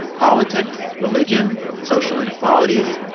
politics? religion? social inequalities?